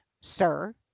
sir